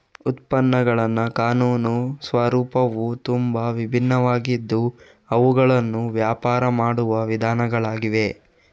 ಉತ್ಪನ್ನಗಳ ಕಾನೂನು ಸ್ವರೂಪವು ತುಂಬಾ ವಿಭಿನ್ನವಾಗಿದ್ದು ಅವುಗಳನ್ನು ವ್ಯಾಪಾರ ಮಾಡುವ ವಿಧಾನಗಳಾಗಿವೆ